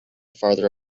farther